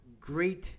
great